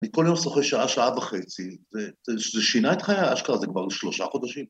‫אני כל יום שוחה שעה, שעה וחצי, ‫זה שינה את חיי אשכרה, ‫זה כבר שלושה חודשים.